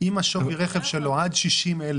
לא יהיה זכאי לגמלה לפי חוק.